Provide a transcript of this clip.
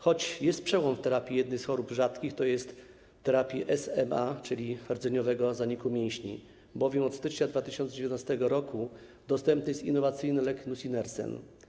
Choć nastąpił przełom w terapii jednej z chorób rzadkich, terapii SMA, czyli rdzeniowego zaniku mięśni, bowiem od stycznia 2019 r. dostępny jest innowacyjny lek - nusinersen.